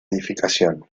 edificación